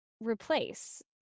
replace